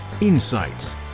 insights